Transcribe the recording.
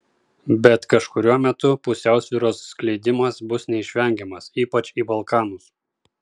bet kažkuriuo metu pusiausvyros skleidimas bus neišvengiamas ypač į balkanus